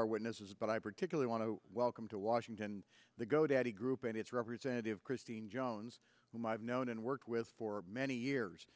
our witnesses but i particularly want to welcome to washington the go daddy group and its representative christine jones whom i've known and worked with for many years